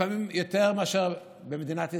לפעמים יותר מאשר במדינת ישראל.